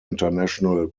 international